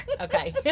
okay